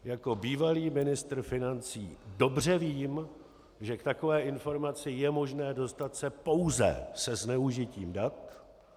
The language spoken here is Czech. Jako bývalý ministr financí dobře vím, že k takové informaci je možné se dostat pouze se zneužitím dat.